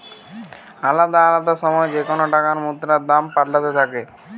আলদা আলদা সময় যেকোন টাকার মুদ্রার দাম পাল্টাতে থাকে